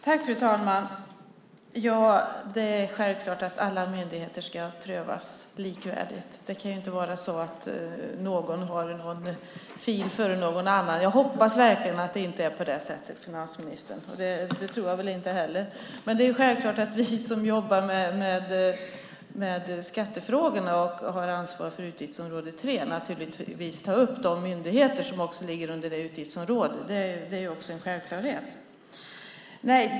Fru talman! Det är självklart att alla myndigheter ska prövas likvärdigt. Det kan inte vara så att någon har en fil där de går före någon annan. Jag hoppas verkligen inte att det är på det sättet, finansministern, och det tror jag väl inte heller. Men det är självklart att vi som jobbar med skattefrågorna och har ansvar för utgiftsområde 3 också tar upp de myndigheter som ligger under det utgiftsområdet. Det är en självklarhet.